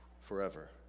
forever